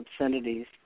obscenities